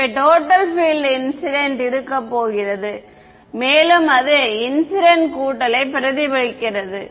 எனவே total field incident இருக்கப் போகிறது மேலும் அது இன்சிடென்ட் கூட்டல் யை பிரதிபலிக்கிறது